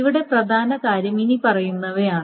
ഇവിടെ പ്രധാന കാര്യം ഇനിപ്പറയുന്നവയാണ്